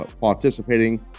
participating